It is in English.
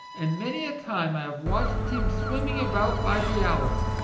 and many a time i have watched him swimming about by the hour.